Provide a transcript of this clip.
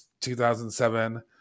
2007